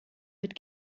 mit